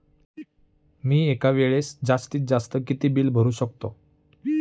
मी एका वेळेस जास्तीत जास्त किती बिल भरू शकतो?